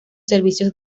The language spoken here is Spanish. servicios